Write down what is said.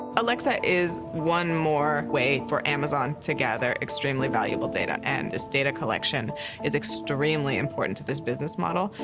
alexa is one more way for amazon to gather extremely valuable data. and this data collection is extremely important to this business model.